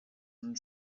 and